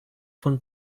von